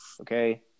okay